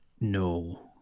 No